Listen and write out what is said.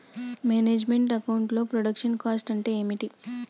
Manage meant account లో production cost అంటే ఏమిటి?